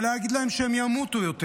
להגיד להם שהם ימותו יותר.